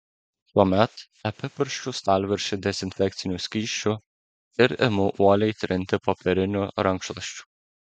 tuomet apipurškiu stalviršį dezinfekciniu skysčiu ir imu uoliai trinti popieriniu rankšluosčiu